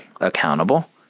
accountable